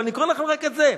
ואני קורא לכם רק את זה: